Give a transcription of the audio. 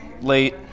late